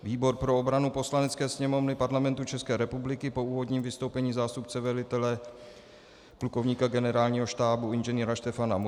Výbor pro obranu Poslanecké sněmovny Parlamentu České republiky po úvodním vystoupení zástupce velitele plukovníka generálního štábu Ing.